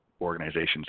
organization's